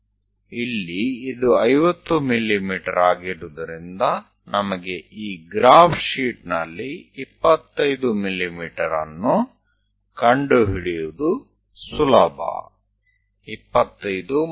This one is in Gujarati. તો અહીંયા આ 50 mm છે તેના કારણે આ આલેખ કાગળ પર આપણા માટે 25 mm સ્થિત કરવું એ સરખામણીમાં સરળ છે